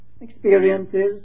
experiences